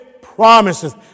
promises